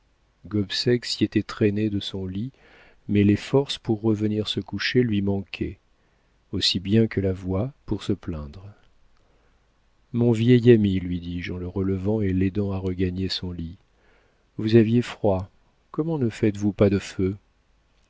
gobseck s'y était traîné de son lit mais les forces pour revenir se coucher lui manquaient aussi bien que la voix pour se plaindre mon vieil ami lui dis-je en le relevant et l'aidant à regagner son lit vous aviez froid comment ne faites-vous pas de feu